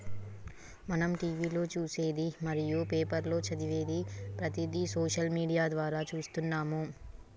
మనం టీవీలో చూసేది మరియు పేపర్లో చదివేది ప్రతిదీ సోషల్ మీడియా ద్వారా చూస్తున్నాము